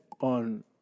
on